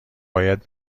باید